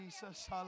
Jesus